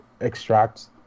extract